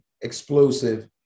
explosive